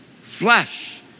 flesh